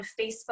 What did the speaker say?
Facebook